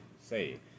say